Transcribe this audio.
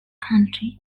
country